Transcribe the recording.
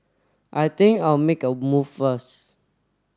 I think I'll make a move first